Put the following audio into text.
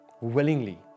willingly